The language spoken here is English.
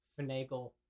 finagle